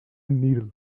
needle